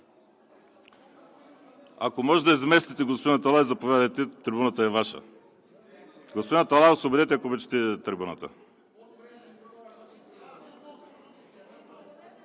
Ако може да изместите господин Аталай, заповядайте – трибуната е Ваша. Господин Аталай, освободете, ако обичате, трибуната!